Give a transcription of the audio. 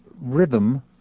rhythm